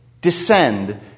descend